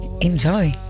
enjoy